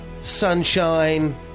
Sunshine